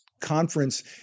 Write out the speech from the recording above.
Conference